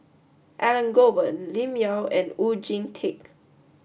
Elangovan Lim Yau and Oon Jin Teik